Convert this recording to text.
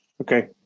okay